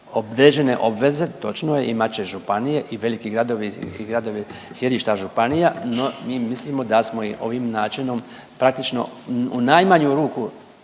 Određene obveze, točno je, imat će županije i veliki gradovi i gradovi sjedišta županija, no mi mislimo da smo im ovim načinom praktično u najmanju ruku